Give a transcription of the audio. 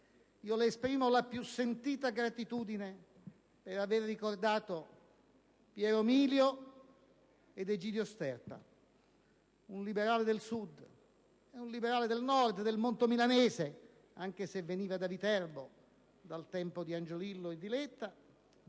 le esprimo la più sentita gratitudine per aver ricordato Piero Milio ed Egidio Sterpa: un liberale del Sud e un liberale del Nord, del mondo milanese, anche se proveniva da Viterbo, da «Il Tempo» di Angiolillo e di Letta,